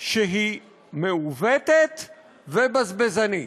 שהיא מעוותת ובזבזנית.